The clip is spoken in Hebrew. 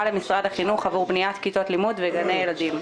למשרד החינוך עבור בניית כיתות לימוד וגני ילדים.